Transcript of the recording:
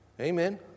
Amen